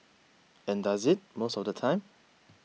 and does it most of the time